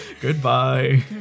Goodbye